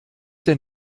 der